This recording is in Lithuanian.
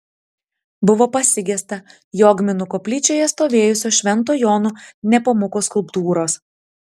buvo pasigesta jogminų koplyčioje stovėjusios švento jono nepomuko skulptūros